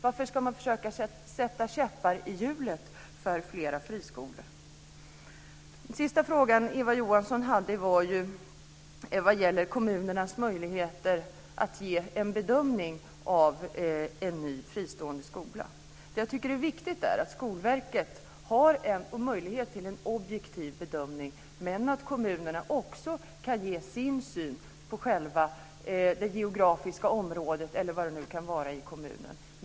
Varför ska man försöka sätta käppar i hjulet för flera friskolor? Den sista fråga Eva Johansson ställde i sin replik gällde kommunernas möjligheter att ge en bedömning av en ny fristående skola. Jag tycker att det är viktigt att Skolverket har en möjlighet till en objektiv bedömning. Men kommunerna ska också kunna ge sin syn på själva det geografiska området, eller vad det nu kan vara.